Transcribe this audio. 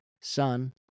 son